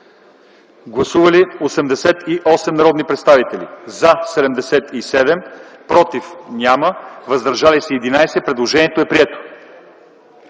Гласували 79 народни представители: за 79, против и въздържали се няма. Предложението е прието